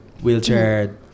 wheelchair